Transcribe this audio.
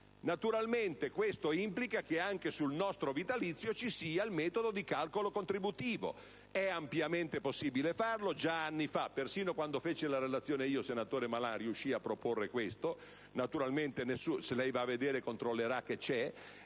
Naturalmente questo implica che anche per il nostro vitalizio si adotti il metodo di calcolo contributivo. È ampiamente possibile farlo. Già anni fa, persino quando feci la relazione io, senatore Malan, riuscii a proporre questo (se lei va a vedere gli atti controllerà la